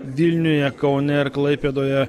vilniuje kaune ir klaipėdoje